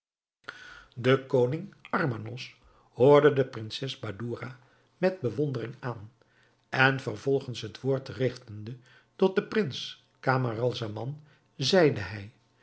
de koning armanos hoorde de prinses badoura met bewondering aan en vervolgens het woord rigtende tot den prins camaralzaman zeide hij